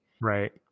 Right